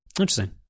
Interesting